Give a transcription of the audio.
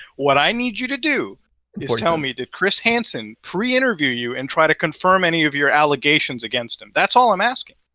what i need you to do is tell me did chris hansen pre-interview you and try to confirm any of your allegations against him? that's all i'm asking.